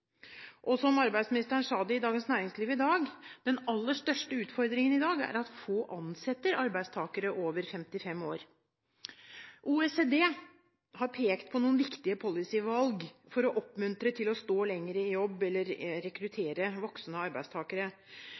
år pluss. Arbeidsministeren sa i dagens Dagens Næringsliv: «Den aller største utfordringen i dag er at få ansetter arbeidstakere over 55 år.» OECD har pekt på noen viktige policy-valg for å oppmuntre til å stå lenger i jobb, eller å rekruttere voksne arbeidstakere.